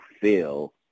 feel